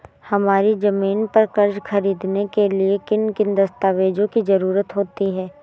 हमारी ज़मीन पर कर्ज ख़रीदने के लिए किन किन दस्तावेजों की जरूरत होती है?